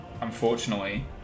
Unfortunately